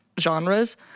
genres